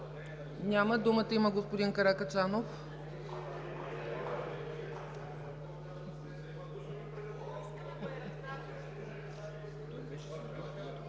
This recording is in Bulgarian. Няма. Думата има господин Каракачанов.